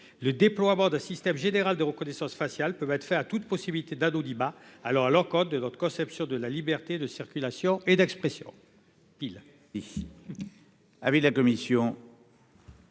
Le déploiement d'un système général de reconnaissance faciale pourrait mettre fin à toute possibilité d'anonymat, ce qui irait à l'encontre de notre conception des libertés de circulation et d'expression.